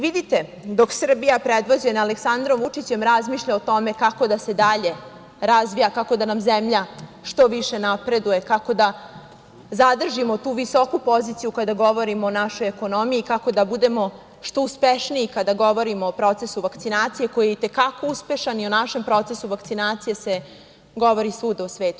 Vidite, dok Srbija predvođena Aleksandrom Vučićem razmišlja o tome kako da se dalje razvija, kako da nam zemlja što više napreduje, kako da zadržimo tu visoku poziciju kada govorimo o našoj ekonomiji, kako da budemo što uspešniji kada govorimo o procesu vakcinacije, koji je itekako uspešan i o našem procesu vakcinacije se govori svuda u svetu.